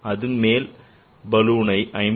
அது மேல் பலூனை 54